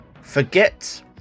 forget